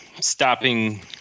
stopping –